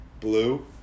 blue